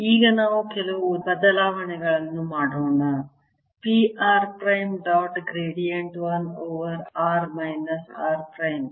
ಈಗ ನಾವು ಕೆಲವು ಬದಲಾವಣೆಗಳನ್ನು ಮಾಡೋಣ p r prime dot gradient 1 over r minus r prime